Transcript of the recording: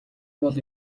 бол